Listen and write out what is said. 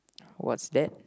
what's that